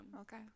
Okay